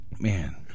Man